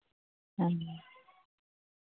ᱦᱮᱸ